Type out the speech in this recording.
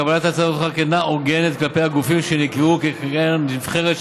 קבלת הצעת החוק אינה הוגנת כלפי הגופים שנקבעו כקרן נבחרת,